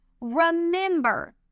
Remember